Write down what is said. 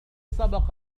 سبق